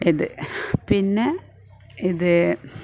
ഇത് പിന്നെ ഇത്